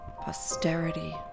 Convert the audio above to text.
Posterity